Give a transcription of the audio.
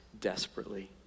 desperately